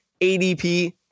ADP